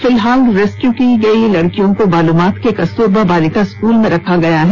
फिलहाल रेस्क्यू की गई लड़कियों को बालूमाथ के कस्तूरबा बालिका स्कूल में रखा गया है